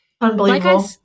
unbelievable